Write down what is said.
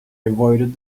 avoided